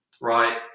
Right